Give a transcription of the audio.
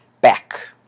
back